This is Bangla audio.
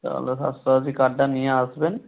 তাহলে স্বাস্থ্যসাথী কার্ডটা নিয়ে আসবেন